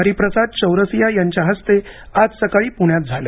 हरिप्रसाद चौरसिया यांच्या हस्ते आज सकाळी प्ण्यात झालं